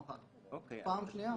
אוקיי, אבל שוב,